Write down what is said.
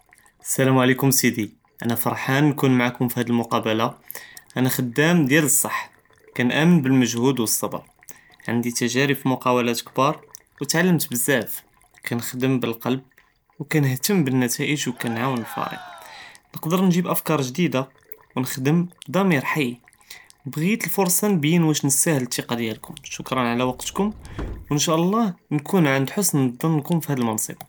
שלום עליכם סידי, אנא פרחן נكون מעאכם פהאד אלמקאבלה, אנא חדאם דיאל בסחה, קינאמן בלהמג'הוד ואלצ'בר, עזדי תג'ארב פמקאבלאת כבאר ותעלמת בזאף, קינחדם בלב וכנאתם בנתאייג וכנעוון אלפريق, נקדר נג'יב אפקאר ג'דידה ונחדם בדמיר חי, בג'ית אלפורסה נבין ואש נסתאהל אלתיקה דיאלכום, שכרן עלא וקטכום ו אינשאאללה נكون ענד חסן דנקום פהאד אלמנסב.